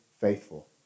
faithful